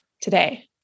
today